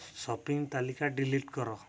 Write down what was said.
shopping ତାଲିକା delete କର